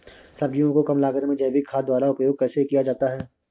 सब्जियों को कम लागत में जैविक खाद द्वारा उपयोग कैसे किया जाता है?